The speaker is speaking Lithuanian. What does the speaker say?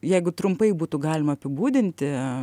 jeigu trumpai būtų galima apibūdinti